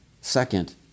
Second